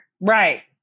Right